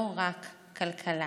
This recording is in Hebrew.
לא רק כלכלה,